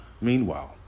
Meanwhile